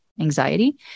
anxiety